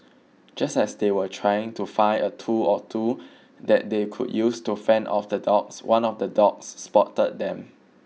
just as they were trying to find a tool or two that they could use to fend off the dogs one of the dogs spotted them